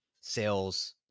sales